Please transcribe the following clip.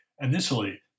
Initially